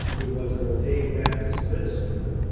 who was an ordained baptist minister,